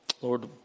Lord